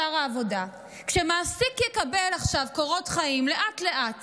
שר העבודה: כשמעסיק יקבל עכשיו קורות חיים לאט-לאט